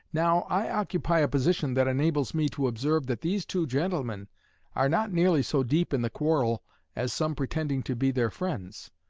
now, i occupy a position that enables me to observe that these two gentlemen are not nearly so deep in the quarrel as some pretending to be their friends.